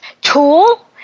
tool